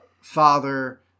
father